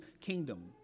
kingdom